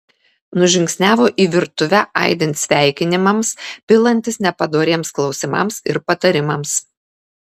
nužingsniavo į virtuvę aidint sveikinimams pilantis nepadoriems klausimams ir patarimams